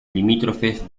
limítrofes